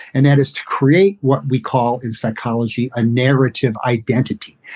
and that is to create what we call in psychology, a narrative identity,